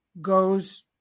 goes